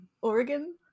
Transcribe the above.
Oregon